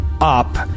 up